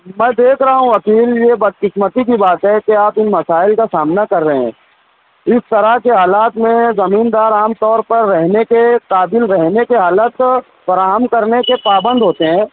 میں دیکھ رہا ہوں عقیل یہ بد قسمتی کی بات ہے کہ آپ ان مسائل کا سامنا کر رہے ہیں اس طرح کے حالات میں زمیندار عام طور پر رہنے کے قابل رہنے کے حالات فراہم کرنے کے پابند ہوتے ہیں